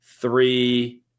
three